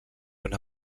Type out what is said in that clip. una